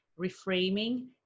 reframing